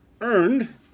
earned